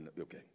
okay